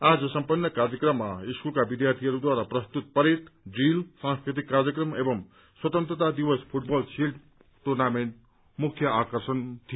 आज सम्पन्न कार्यक्रममा स्कूलका विद्यार्थीहरूद्वारा प्रस्तुत परेड ड्रील सांस्कृतिक कार्यक्रम एवं स्वतन्त्रता दिवस फूटबल शील्ड टुर्नामेन्ट मुख्य आकर्षण थियो